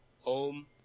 Home